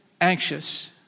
anxious